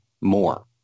more